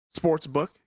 Sportsbook